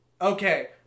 Okay